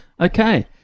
Okay